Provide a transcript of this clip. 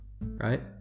right